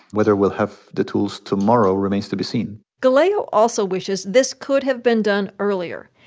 whether we'll have the tools tomorrow remains to be seen galea also wishes this could have been done earlier.